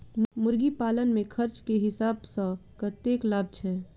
मुर्गी पालन मे खर्च केँ हिसाब सऽ कतेक लाभ छैय?